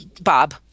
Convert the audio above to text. Bob